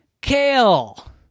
kale